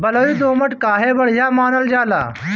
बलुई दोमट काहे बढ़िया मानल जाला?